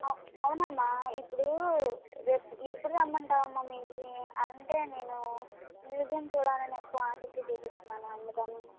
అవునమ్మా ఇప్పుడు రేపు ఎప్పుడు రమ్మంటావమ్మా మీ ఇంటికి అంటే నేను మ్యూజియం చూడాలని ఎక్కువ ఆసక్తి చూపిస్తున్నాను అందుకని